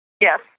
Yes